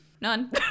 None